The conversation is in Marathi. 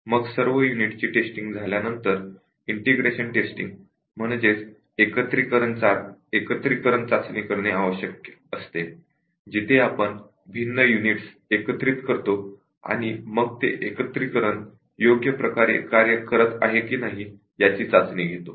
मग सर्व युनिटची टेस्टिंग झाल्यानंतर इंटिग्रेशन टेस्टिंग करणे आवश्यक असते जिथे आपण भिन्न युनिट्स एकत्रित करतो आणि मग ते एकत्रिकरण योग्य प्रकारे कार्य करत आहे की नाही याची चाचणी घेतो